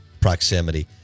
proximity